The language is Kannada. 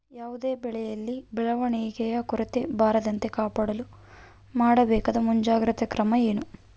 ಯಾವುದೇ ಬೆಳೆಯಲ್ಲಿ ಬೆಳವಣಿಗೆಯ ಕೊರತೆ ಬರದಂತೆ ಕಾಪಾಡಲು ಮಾಡಬೇಕಾದ ಮುಂಜಾಗ್ರತಾ ಕ್ರಮ ಏನು?